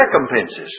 recompenses